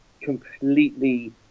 completely